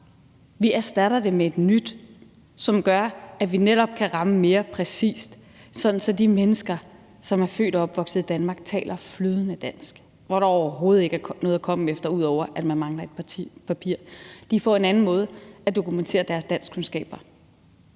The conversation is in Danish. Vi erstatter det med et nyt, som gør, at vi netop kan ramme mere præcist, sådan at de mennesker, som er født og opvokset i Danmark og taler flydende dansk, og hvor der overhovedet ikke er noget at komme efter, ud over at man mangler et papir, får en anden måde at dokumentere deres danskkundskaber